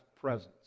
presence